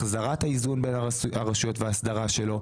החזרת האיזון בין הרשויות והסדרתו,